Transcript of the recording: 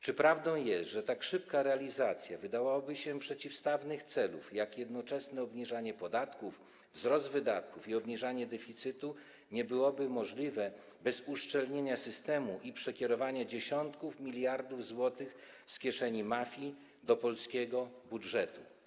Czy prawdą jest, że tak szybka realizacja, wydawałoby się, przeciwstawnych celów jak jednoczesne obniżanie podatków, wzrost wydatków i obniżanie deficytu nie byłaby możliwa bez uszczelnienia systemu i przekierowania dziesiątków miliardów złotych z kieszeni mafii do polskiego budżetu?